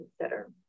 consider